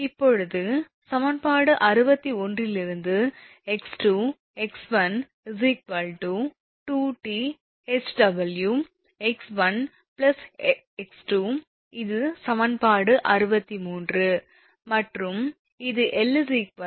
இப்போது சமன்பாடு 61 இதிலிருந்து 𝑥2 𝑥 𝑥1 2𝑇ℎ𝑊 𝑥1𝑥2 இது சமன்பாடு 63 மற்றும் இது 𝐿 1𝑥2